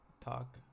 talk